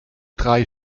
drei